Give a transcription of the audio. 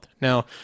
Now